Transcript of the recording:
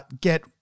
get